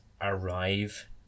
arrive